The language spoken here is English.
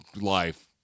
life